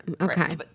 okay